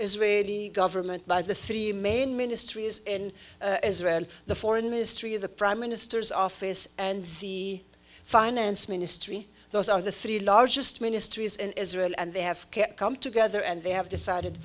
israeli government by the city man ministries in israel and the foreign ministry of the prime minister's office and the finance ministry those are the three largest ministries in israel and they have come together and they have decided